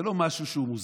זה לא משהו שהוא מוסדר.